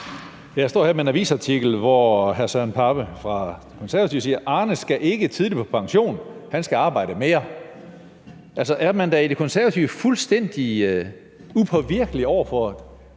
Jeg står her med en avisartikel, hvor hr. Søren Pape Poulsen fra De Konservative siger: »Arne skal ikke tidligt på pension – han skal arbejde mere.« Altså, er man da i Det Konservative Folkeparti fuldstændig upåvirkelige over for,